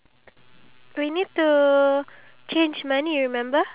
ya but we can show them like photos of it [what] we can like